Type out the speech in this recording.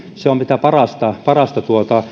mitä parasta parasta